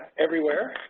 everywhere.